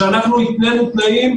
כשהתנינו תנאים,